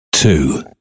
Two